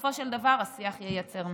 בסופו של דבר השיח ייצר מציאות.